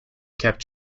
kept